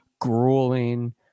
grueling